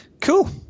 Cool